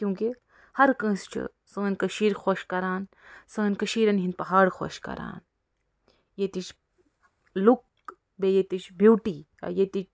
کیونکہ ہر کانٛسہِ چھِ سٲنۍ کٔشیٖر خۄش کران سٲنۍ کٔشیٖریٚن ۂنٛدۍ پہاڑٕ خۄش کران یٔتِچھ لُکھ بیٚیہِ یٔتِچھ بیوٗٹی یا یٔتِکۍ